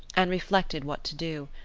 and reflected what to do.